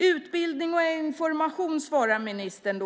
Utbildning och information, svarar ministern.